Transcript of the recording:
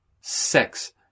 Sex